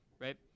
right